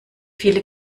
viele